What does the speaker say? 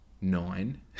nine